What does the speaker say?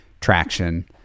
traction